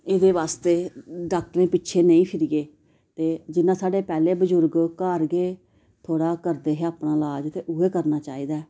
एह्दे आस्तै डाक्टरें पिच्छे नेईं फिरियै ते जि'यां साढ़े पैह्ले बुजुर्ग घर के थोह्ड़़ा करदे हे अपने िलाज ते उ'ऐ करना चाहिदा